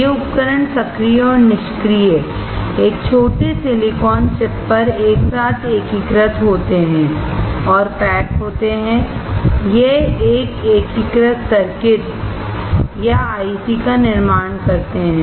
ये उपकरण सक्रिय और निष्क्रिय एक छोटे सिलिकॉन चिप पर एक साथ एकीकृत होते हैं और पैक होते हैं यह एक एकीकृत सर्किट इंटीग्रेटेड सर्किट या आईसी का निर्माण करते हैं